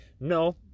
No